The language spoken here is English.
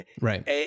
right